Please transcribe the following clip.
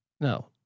No